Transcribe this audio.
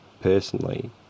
personally